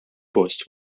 post